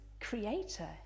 creator